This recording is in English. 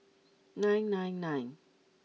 nine nine nine